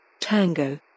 Tango